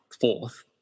fourth